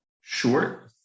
short